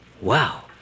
Wow